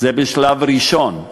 בשלב השני,